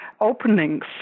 openings